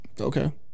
Okay